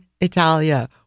Italia